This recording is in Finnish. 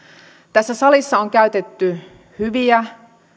tässä salissa on käytetty hyviä